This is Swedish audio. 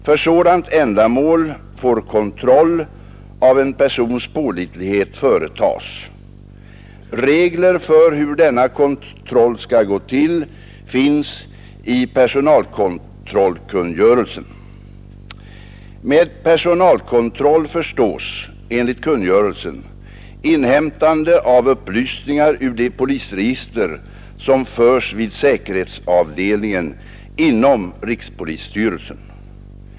För sådant ändamål får kontroll av en persons pålitlighet företas. Regler för hur denna kontroll skall gå till finns i personalkontrollkungörelsen . Med personalkontroll förstås enligt kungörelsen inhämtande av upplysningar ur det polisregister som förs vid säkerhetsavdelningen inom rikspolisstyrelsen.